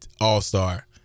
All-Star